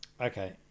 Okay